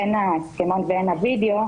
הן ההסכמה והן הווידאו,